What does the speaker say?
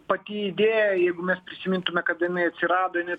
padidėjo jeigu mes prisimintume kad jinai atsirado ji net